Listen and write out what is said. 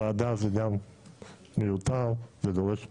ועדה זה גם מיותר, זה דורש משאבים,